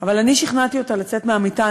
אבל אני שכנעתי אותה לצאת מהמיטה.